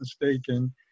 mistaken